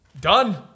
Done